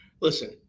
Listen